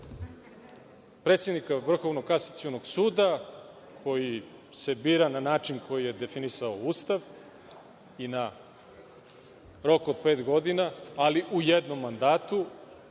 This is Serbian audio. predsednika Vrhovnog kasacionog suda, koji se bira na način koji je definisao Ustav i na rok od pet godina, ali u jednom mandatu,